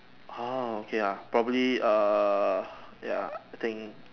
orh okay lah probably err ya I think